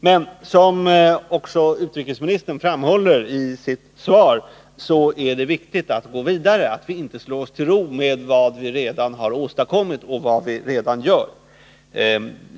Men det är, som också utrikesministern framhåller i sitt svar, viktigt att gå vidare — att vi inte slår oss till ro med vad vi redan har åstadkommit och vad vi redan gör.